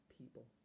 people